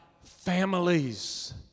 families